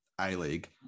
A-League